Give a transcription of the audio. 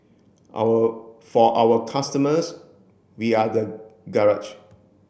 our for our customers we are the garage